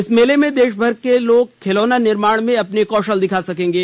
इस मेले में देशभर के लोग खिलौना निर्माण में अपने नये कौशल दिखा सकेंगे